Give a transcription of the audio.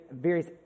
various